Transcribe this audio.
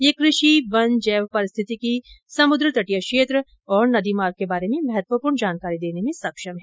यह कृषि वन जैव पारिस्थितिकी समुद्र तटीय क्षेत्र और नदी मार्ग के बारे में महत्वपूर्ण जानकारी देने में सक्षम है